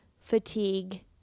fatigue